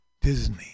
Disney